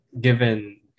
given